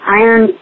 iron